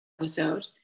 episode